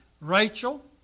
Rachel